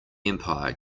empire